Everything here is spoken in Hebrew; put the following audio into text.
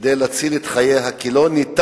כדי להציל את חייה, כי לא ניתן